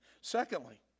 Secondly